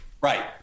Right